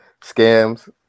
Scams